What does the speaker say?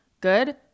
good